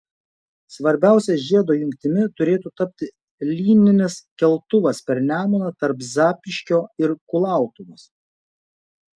svarbiausia žiedo jungtimi turėtų tapti lyninis keltuvas per nemuną tarp zapyškio ir kulautuvos